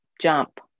jump